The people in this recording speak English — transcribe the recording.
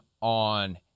on